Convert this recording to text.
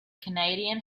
canadian